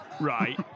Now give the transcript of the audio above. right